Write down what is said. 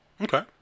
Okay